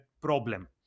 problem